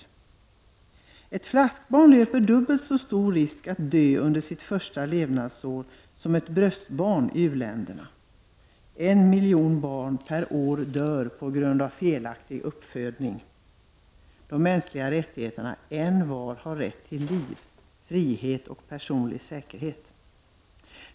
I u-länderna löper ett flaskbarn dubbelt så stor risk att dö under sitt första levnadsår som ett bröstbarn. En miljon barn per år dör på grund av felaktig uppfödning. Deklarationen om de mänskliga rättigheterna säger: Envar har rätt till liv, frihet och personlig säkerhet.